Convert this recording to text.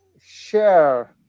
share